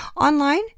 Online